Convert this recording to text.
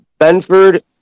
Benford